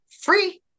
free